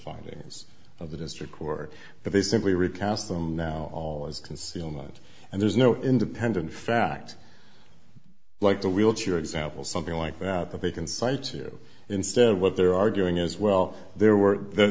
findings of the district court but they simply recounts them now all as concealment and there's no independent fact like the wheelchair example something like that that they can cite to instead what they're arguing is well there were there